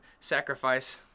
sacrifice